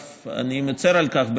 אני מצר על כך,